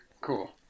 Cool